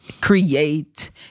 create